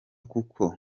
kuka